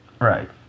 Right